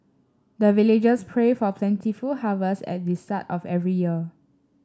the villagers pray for plentiful harvest at the start of every year